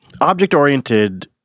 object-oriented